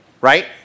right